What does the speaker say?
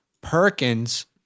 Perkins